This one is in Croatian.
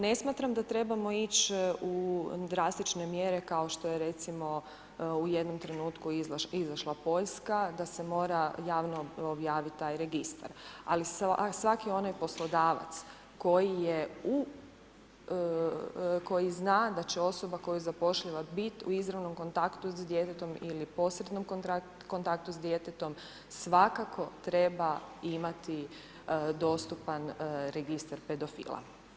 Ne smatram da trebamo ići u drastične mjere kao što je recimo u jednom trenutku izašla Poljska da se mora javno objavit taj registar, ali svaki onaj poslodavac koji zna da će osoba koju zapošljava biti u izravnom kontaktu s djetetom ili posrednom kontaktu s djetetom, svakako treba imati dostupan registar pedofila.